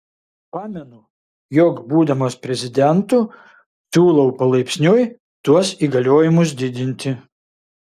pamenu jog būdamas prezidentu siūlau palaipsniui tuos įgaliojimus didinti